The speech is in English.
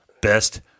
best